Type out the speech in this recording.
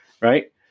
Right